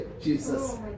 Jesus